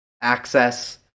access